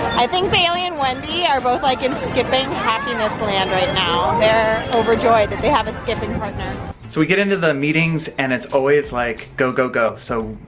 i think bailey and wendy are both like in skipping happiness land right now, they're overjoyed that they have a skipping partner. so we get into the meetings and it's always like go go go, so